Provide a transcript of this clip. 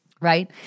right